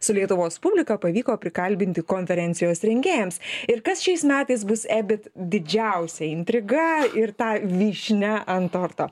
su lietuvos publika pavyko prikalbinti konferencijos rengėjams ir kas šiais metais bus ebit didžiausia intriga ir ta vyšnia ant torto